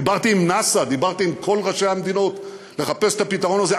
דיברתי עם נאס"א ועם כל ראשי המדינות' לחפש את הפתרון הזה,